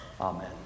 amen